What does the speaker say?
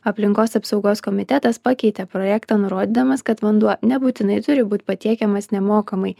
aplinkos apsaugos komitetas pakeitė projektą nurodydamas kad vanduo nebūtinai turi būt patiekiamas nemokamai